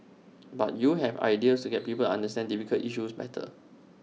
but you have ideas to get people understand difficult issues better